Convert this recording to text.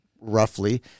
roughly